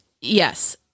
Yes